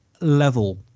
level